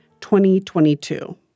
2022